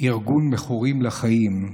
ארגון "מכורים לחיים"